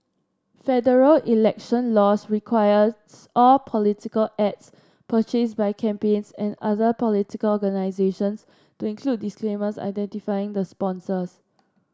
federal election laws requires all political ads purchased by campaigns and other political organisations to include disclaimers identifying the sponsors